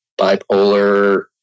bipolar